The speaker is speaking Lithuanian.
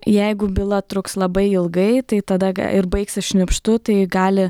jeigu byla truks labai ilgai tai tada ir baigsis šnipštu tai gali